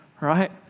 right